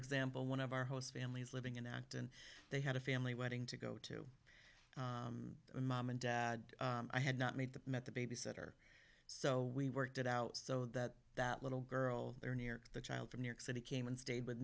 example one of our host families living in act and they had a family wedding to go to a mom and i had not made the met the babysitter so we worked it out so that that little girl there near the child from new york city came and stayed with